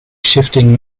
shifting